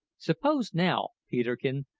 suppose, now, peterkin,